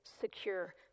secure